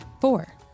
Four